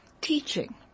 Teaching